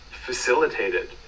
facilitated